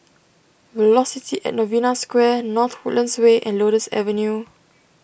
Velocity at Novena Square North Woodlands Way and Lotus Avenue